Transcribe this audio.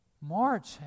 March